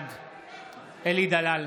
בעד אלי דלל,